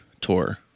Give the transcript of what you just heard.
tour